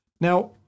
Now